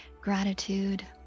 gratitude